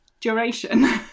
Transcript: duration